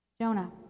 Jonah